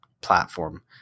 platform